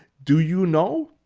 do you know?